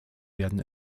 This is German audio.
werden